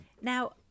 Now